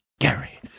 Gary